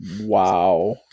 Wow